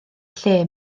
lle